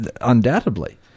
Undoubtedly